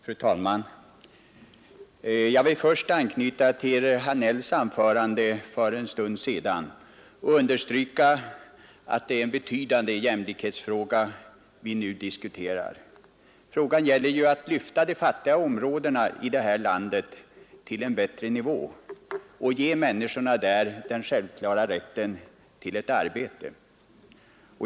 Fru talman! Jag vill först anknyta till herr Hagnells anförande för en stund sedan och understryka att vad vi nu diskuterar är en betydande jämlikhetsfråga. Frågan gäller att lyfta de fattiga områdena i landet till en bättre nivå och ge människorna där den självklara rätten till ett arbete.